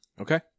Okay